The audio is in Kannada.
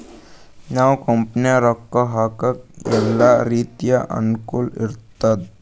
ನಾವ್ ಕಂಪನಿನಾಗ್ ರೊಕ್ಕಾ ಹಾಕ್ಲಕ್ ಎಲ್ಲಾ ರೀತಿಲೆ ಅನುಕೂಲ್ ಇರ್ತುದ್